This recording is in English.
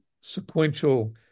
sequential